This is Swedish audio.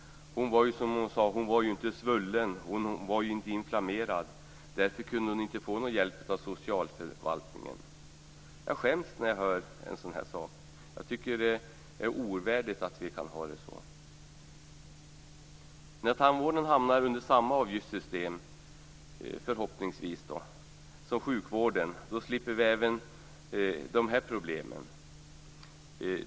Hon var ju, som hon sade, inte svullen eller inflammerad och kunde därför inte få någon hjälp av socialförvaltningen. Jag skäms när jag hör en sådan här sak. Jag tycker att det är ovärdigt att vi kan ha det så. När tandvården förhoppningsvis hamnar under samma avgiftssystem som sjukvården slipper vi även de här problemen.